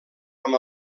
amb